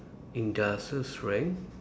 industrial strength